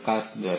પ્રકાશન દર